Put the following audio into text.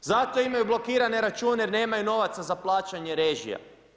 Zato imaju blokirane račune jer nemaju novaca za plaćanje režija.